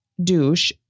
douche